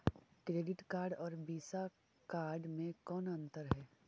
Credit card और Visa card मे कौन अन्तर है?